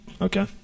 Okay